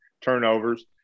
turnovers